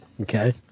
Okay